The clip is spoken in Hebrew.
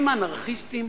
הם אנרכיסטים?